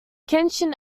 kenshin